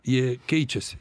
jie keičiasi